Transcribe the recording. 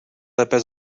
lépe